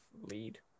lead